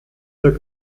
der